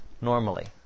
normally